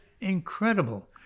incredible